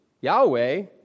Yahweh